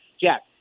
Jack